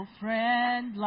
friend